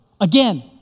Again